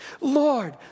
Lord